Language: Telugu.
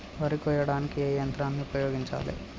వరి కొయ్యడానికి ఏ యంత్రాన్ని ఉపయోగించాలే?